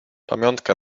pamiątka